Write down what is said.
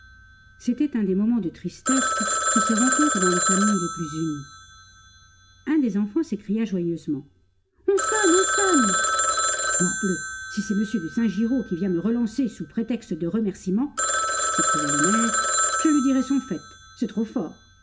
c'était un des moments de tristesse qui se rencontrent dans les familles les plus unies un des enfants s'écria joyeusement on sonne on sonne morbleu si c'est m de saint giraud qui vient me relancer sous prétexte de remerciement s'écria le maire je lui dirai son fait c'est trop fort